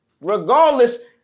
Regardless